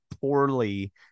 poorly